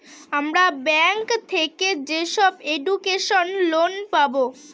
আমরা ব্যাঙ্ক থেকে যেসব এডুকেশন লোন পাবো